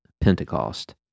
Pentecost